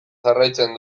jarraitzen